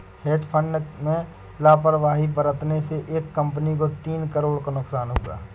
hedge fund में लापरवाही बरतने से एक कंपनी को तीन करोड़ का नुकसान हुआ